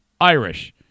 Irish